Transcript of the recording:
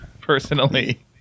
personally